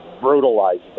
brutalized